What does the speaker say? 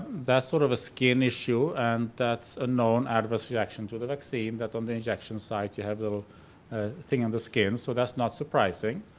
that's sort of a skin issue, and that's a known adverse reaction to the vaccine that on the injection site you have a little thing on the skin, so that's not surprising,